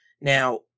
Now